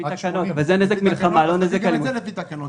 זה נזק מלחמה, לא נזק אלימות.